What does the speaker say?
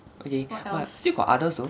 okay still got others though